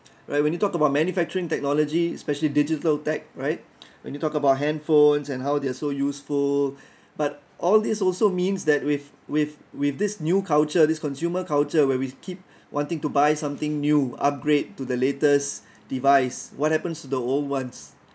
right when you talk about manufacturing technology especially digital tech right when you talk about handphones and how they are so useful but all these also means that with with with this new culture this consumer culture where we keep wanting to buy something new upgrade to the latest device what happens to the old ones